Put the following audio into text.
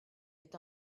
est